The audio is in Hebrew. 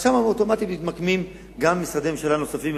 אז שם אוטומטית מתמקמים גם משרדי ממשלה נוספים,